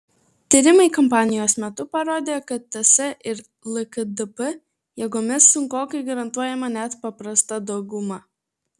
tyrimai kampanijos metu parodė kad ts ir lkdp jėgomis sunkokai garantuojama net paprasta dauguma